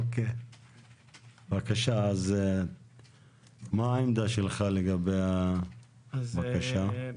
בבקשה, מה העמדה שלך לגבי הבקשה?